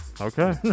Okay